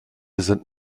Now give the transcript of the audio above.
sind